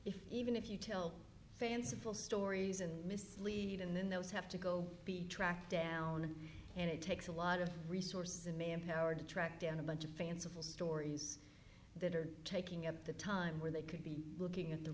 if even if you tell fanciful stories and mislead and then those have to go be tracked down and it takes a lot of resources and manpower to track down a bunch of fanciful stories that are taking up the time where they could be looking at the